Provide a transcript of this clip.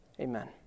Amen